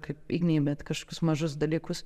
kaip ignei bet kažkokius mažus dalykus